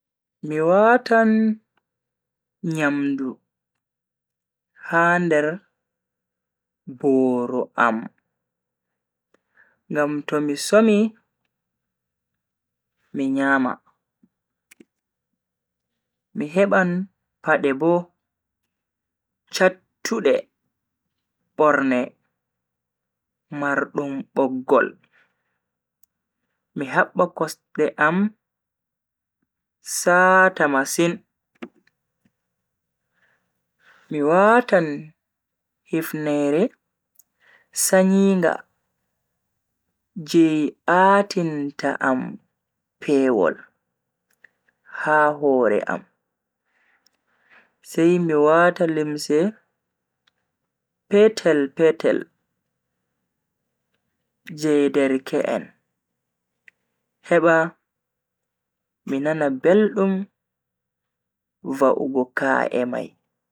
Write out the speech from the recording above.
Mi watan nyamdu ha nder boro am ngam to mi somi mi nyama. mi heban pade bo chattude borne mardum boggol mi habba kosde am saata masin. mi watan hifneere sanyinga je a'tinta am pewol ha hore am sai mi wata limse petel-petel je derke en heba mi nana beldum va'ugo ka'e mai.